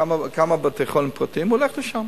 כמה בתי-חולים פרטיים, הולך לשם.